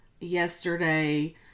yesterday